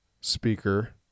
speaker